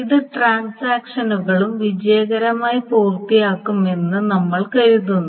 രണ്ട് ട്രാൻസാക്ഷനുകളും വിജയകരമായി പൂർത്തിയാകുമെന്ന് നമ്മൾ കരുതുന്നു